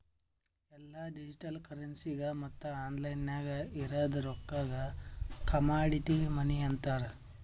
ಎಲ್ಲಾ ಡಿಜಿಟಲ್ ಕರೆನ್ಸಿಗ ಮತ್ತ ಆನ್ಲೈನ್ ನಾಗ್ ಇರದ್ ರೊಕ್ಕಾಗ ಕಮಾಡಿಟಿ ಮನಿ ಅಂತಾರ್